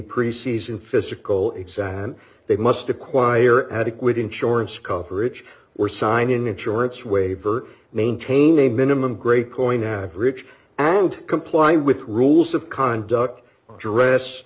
pre season physical exam and they must acquire adequate insurance coverage we're signing insurance waiver maintain d a minimum grade point average and comply with rules of conduct dress